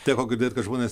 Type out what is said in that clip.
teko girdėt kad žmonės